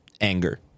anger